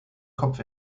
kopf